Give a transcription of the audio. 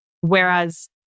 whereas